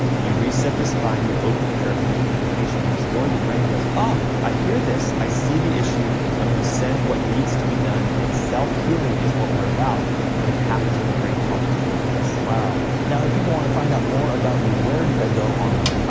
you reset the spine, you open the nerve, the communication's restored, the brain goes ah, i hear this, i see the issue, i'm gonna send what needs to be done and self healing is what we're about but it happens when the brain talks to organs. wow, now if people wanna find out more about you, where do they go online?